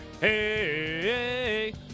hey